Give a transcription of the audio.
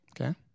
Okay